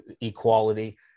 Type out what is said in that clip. equality